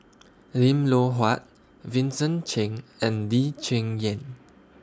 Lim Loh Huat Vincent Cheng and Lee Cheng Yan